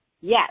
Yes